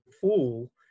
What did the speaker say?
fool